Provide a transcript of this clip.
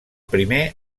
primer